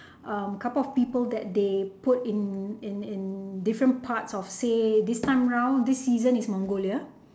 uh couple of people that they put in in in different parts of say this time round this season is mongolia